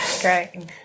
Great